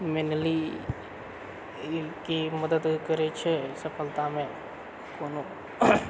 mainly ई की मदद करै छै सफलतामे कोनो